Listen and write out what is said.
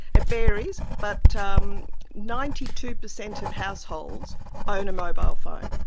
it varies, but um ninety two percent of households own a mobile phone.